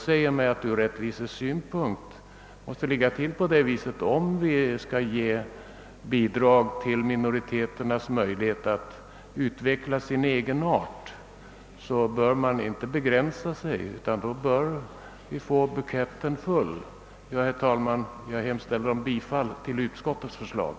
Ur rättvisesynpunkt måste det vara så, om vi skall stödja minoriteternas möjligheter att utveckla sin egenart, att vi inte bör begränsa oss utan bör få buketten full. Herr talman! Jag yrkar bifall till utskottets hemställan.